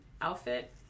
outfit